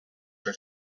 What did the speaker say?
for